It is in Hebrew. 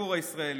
ולציבור הישראלי?